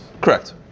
Correct